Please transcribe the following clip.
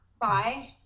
Bye